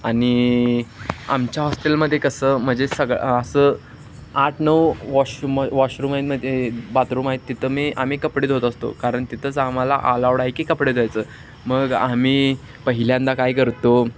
आणि आमच्या हॉस्टेलमध्ये कसं म्हणजे सगळं असं आठ नऊ वॉशम वॉशरूम आहे मध्ये बाथरूम आहेत तिथं मी आम्ही कपडे धुत असतो कारण तिथंच आम्हाला आलावड आहे की कपडे धुवायचं मग आम्ही पहिल्यांदा काय करतो